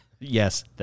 Yes